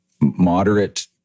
moderate